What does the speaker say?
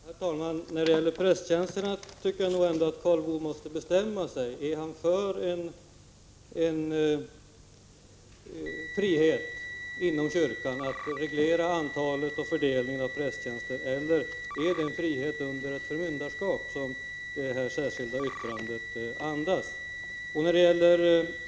Herr talman! När det gäller prästtjänsterna tycker jag att Karl Boo måste bestämma sig. Är Karl Boo för en frihet inom kyrkan att reglera antalet och fördelningen av prästtjänster, eller är det en frihet under förmynderskap som det särskilda yttrandet andas?